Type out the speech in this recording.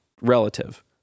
Relative